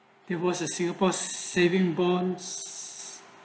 there was a singapore saving bonds